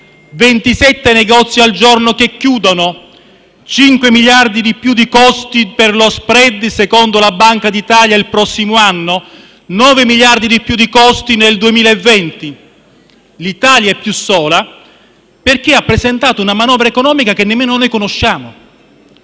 27 negozi al giorno che chiudono; 5 miliardi di euro di costi in più per lo *spread*, secondo la Banca d'Italia il prossimo anno; 9 miliardi di euro di costi in più nel 2020. L'Italia è più sola perché ha presentato una manovra economica che nemmeno noi conosciamo.